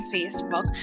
Facebook